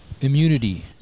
Immunity